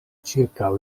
ĉirkaŭ